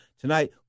Tonight